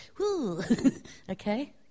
okay